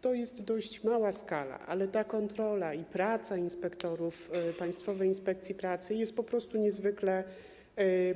To jest dość mała skala, ale ta kontrola i praca inspektorów Państwowej Inspekcji Pracy jest po prostu niezwykle